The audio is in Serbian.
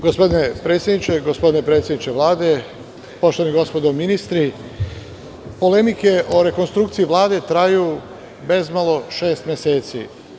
Gospodine predsedniče, gospodine predsedniče Vlade, poštovani gospodo ministri, polemike o rekonstrukciji Vlade traju bezmalo šest meseci.